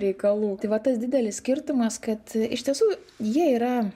reikalų tai va tas didelis skirtumas kad iš tiesų jie yra